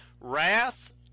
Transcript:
wrath